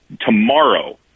tomorrow